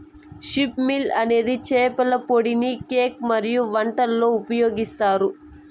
fish meal అనేది చేపల పొడిని కేక్ మరియు వంటలలో ఉపయోగిస్తారు